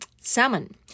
salmon